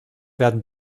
werden